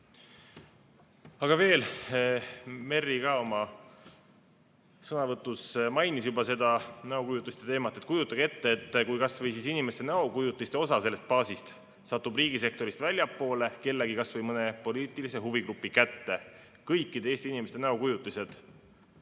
veel. Merry ka oma sõnavõtus mainis juba seda näokujutiste teemat. Kujutage ette, et kui kas või inimeste näokujutiste osa sellest baasist satub riigisektorist väljapoole, kas või mõne poliitilise huvigrupi kätte, kõikide Eesti inimeste näokujutised.